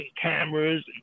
cameras